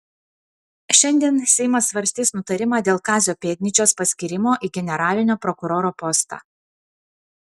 šiandien seimas svarstys nutarimą dėl kazio pėdnyčios paskyrimo į generalinio prokuroro postą